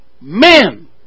men